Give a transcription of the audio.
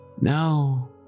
No